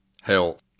health